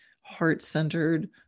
heart-centered